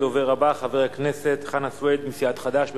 הדובר הבא חבר הכנסת חנא סוייד מסיעת חד"ש.